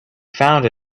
found